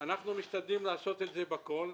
אנחנו משתדלים לעשות את זה בכל.